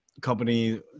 company